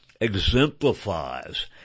exemplifies